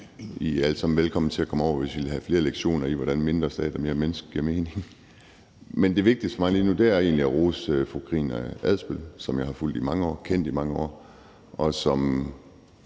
I er alle sammen velkommen til at komme over, hvis I vil have flere lektioner i, hvordan mindre stat, mere menneske giver mening. Men det vigtigste for mig lige nu er egentlig at rose fru Karina Adsbøl, som jeg har fulgt og kendt i mange år, og som